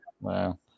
wow